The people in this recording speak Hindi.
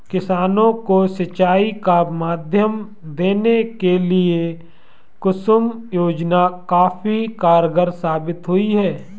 किसानों को सिंचाई का माध्यम देने के लिए कुसुम योजना काफी कारगार साबित हुई है